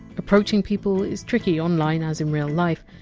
approaching people is tricky online, as in real life,